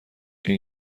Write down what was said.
این